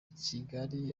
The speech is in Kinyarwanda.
kigali